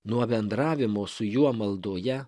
nuo bendravimo su juo maldoje